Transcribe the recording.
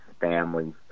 family